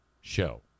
Show